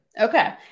Okay